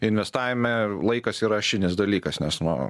investavime laikas yra ašinis dalykas nes nu